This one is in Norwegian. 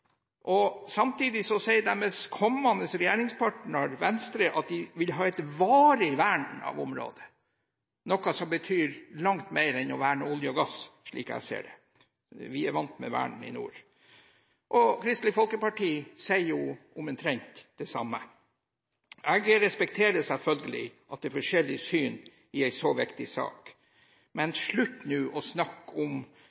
Samtidig sier deres kommende regjeringspartner Venstre at de vil ha et varig vern av området – noe som betyr langt mer enn å verne olje og gass, slik jeg ser det. Vi er vant med vern i nord. Kristelig Folkeparti sier jo omtrent det samme. Jeg respekterer selvfølgelig at det er forskjellig syn i en så viktig sak,